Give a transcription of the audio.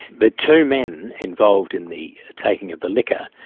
the two men involved in the taking of the liquor,